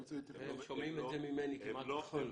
הם שומעים את זה ממני כמעט בכל ישיבה.